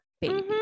baby